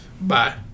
Bye